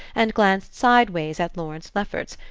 and glanced sideways at lawrence lefferts,